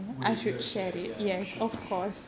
wait you gotta share ya you should you should